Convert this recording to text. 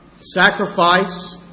Sacrifice